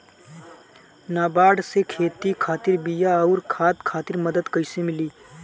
नाबार्ड से खेती खातिर बीया आउर खाद खातिर मदद कइसे मिली?